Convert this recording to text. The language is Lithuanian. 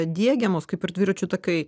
diegiamos kaip ir dviračių takai